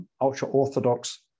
ultra-Orthodox